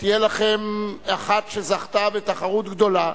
שתהיה לכם אחת שזכתה בתחרות גדולה,